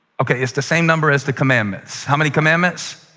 okay, it's the same number as the commandments. how many commandments?